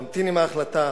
להמתין עם ההחלטה.